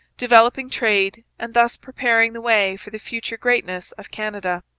developing trade, and thus preparing the way for the future greatness of canada.